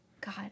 God